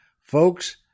folks